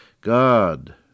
God